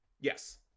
yes